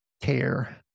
care